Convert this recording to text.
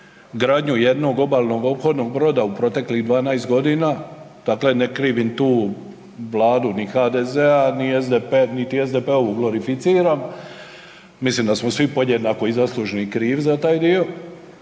gradnju jednog obalnog ophodnog broda u proteklih 12.g., dakle ne krivim tu vladu ni HDZ-a, niti SDP-ovu glorificiram, mislim da smo svi podjednako i zaslužni i krivi za taj dio,